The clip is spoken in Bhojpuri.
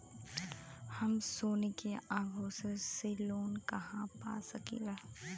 हम सोने के आभूषण से लोन कहा पा सकीला?